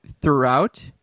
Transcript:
throughout